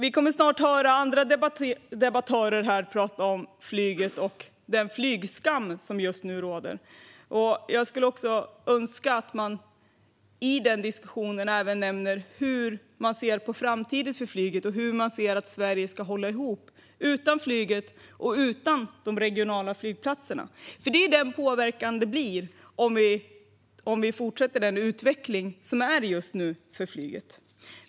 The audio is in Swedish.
Vi kommer snart att höra andra debattörer här tala om flyget och om den flygskam som just nu råder. Jag skulle önska att man i denna diskussion även nämner hur man ser på framtiden för flyget och hur man ser att Sverige ska hålla ihop utan flyget och utan de regionala flygplatserna. Det är den påverkan vi kommer att få se om vi fortsätter med den utveckling som just nu råder för flyget.